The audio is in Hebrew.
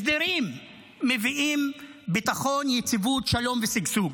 הסדרים מביאים ביטחון, יציבות, שלום ושגשוג.